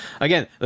again